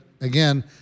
again